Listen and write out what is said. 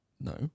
No